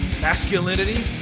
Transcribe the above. masculinity